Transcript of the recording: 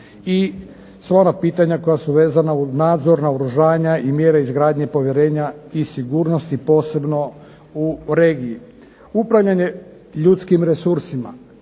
i sva pitanja koja su vezana uz nadzor, naoružanja i mjere izgradnje povjerenja i sigurnosti posebno u regiji. Upravljanje ljudskim resursima